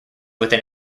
within